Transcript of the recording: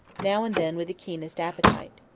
now and then with the keenest appetite.